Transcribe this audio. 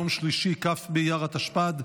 יום שלישי כ' באייר התשפ"ד,